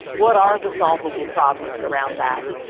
what are the solvable problems around that?